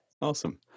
Awesome